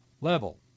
level